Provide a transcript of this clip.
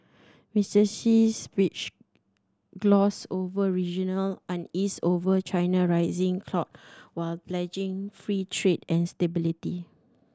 Mister Xi's speech glossed over regional unease over China rising clout while pledging free trade and stability